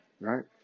Right